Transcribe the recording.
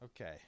Okay